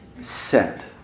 set